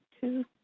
two